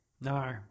No